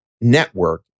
network